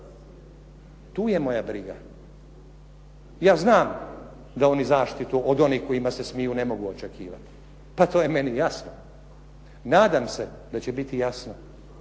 Tu je moja briga. Ja znam da oni zaštitu od onih kojima se smiju ne mogu očekivati. Pa to je meni jasno. Nadam se da će biti jasno